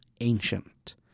ancient